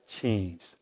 changed